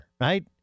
right